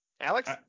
Alex